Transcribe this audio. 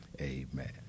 amen